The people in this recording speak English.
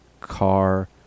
car